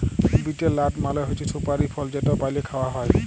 betel লাট মালে হছে সুপারি ফল যেট পালে খাউয়া হ্যয়